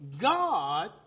God